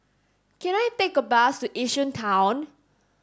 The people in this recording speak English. can I take a bus to Yishun Town